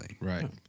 Right